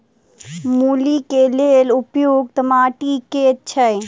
मूली केँ लेल उपयुक्त माटि केँ छैय?